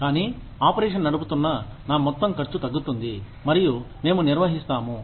కానీ ఆపరేషన్ నడుపుతున్న నా మొత్తం ఖర్చు తగ్గుతుంది మరియు మేము నిర్వహిస్తాము